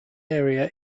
area